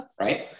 right